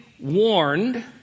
warned